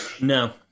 No